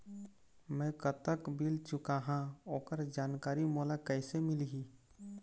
मैं कतक बिल चुकाहां ओकर जानकारी मोला कइसे मिलही?